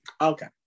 Okay